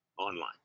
online